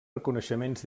reconeixements